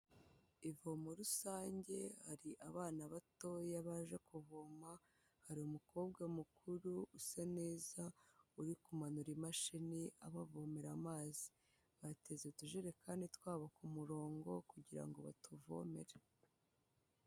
Ivomo rusange, hari abana batoya baje kuvoma, hari umukobwa mukuru, usa neza, uri kumanura imashini abavomera amazi, bateze utujerekani twabo ku murongo kugira ngo batuvomere.